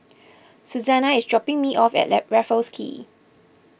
Susana is dropping me off at Raffles Quay